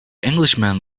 englishman